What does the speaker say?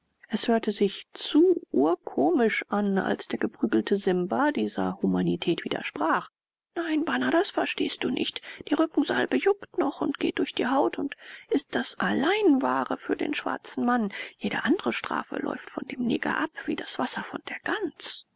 es hörte sich zu urkomisch an als der geprügelte simba dieser humanität widersprach nein bana das verstehst du nicht die rückensalbe juckt noch und geht durch die haut und ist das allein wahre für den schwarzen mann jede andre strafe läuft von dem neger ab wie das wasser von der gans